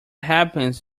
happens